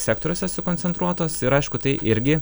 sektoriuose sukoncentruotos ir aišku tai irgi